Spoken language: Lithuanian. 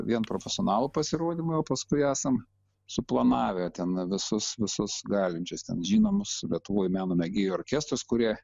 vien profesionalų pasirodymai o paskui esam suplanavę ten visus visus galinčius ten žinomus lietuvoj meno mėgėjų orkestrus kurie